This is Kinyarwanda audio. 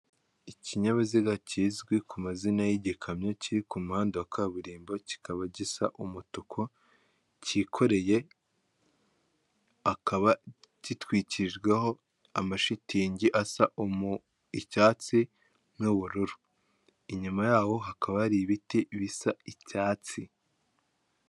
Ikinyabiziga kizwi ku mazina y'igikamyo kiri ku muhanda wa kaburimbo kikaba gisa umutuku cyikoreye, akaba gitwikirijweho amashitingi asa icyatsi n'ubururu, inyuma yaho hakaba hari ibiti bisa icyatsi.